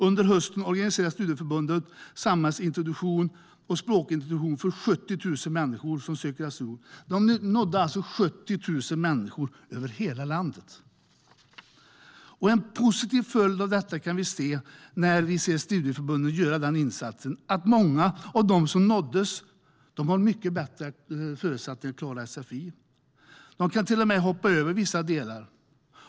Under hösten organiserade studieförbunden samhällsintroduktion och språkintroduktion för 70 000 människor som söker asyl. De nådde alltså 70 000 människor över hela landet. En positiv följd av studieförbundens insats är att många av dem som nåddes har mycket bättre förutsättningar för att klara sfi. De kan till och med hoppa över vissa delar.